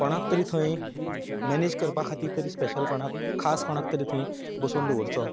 कोणाक तरी थंय मॅनेज करपा खातीर तरी स्पेशल कोणाक खास कोणाक तरी थंय बसोवन दवरचो